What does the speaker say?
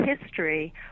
history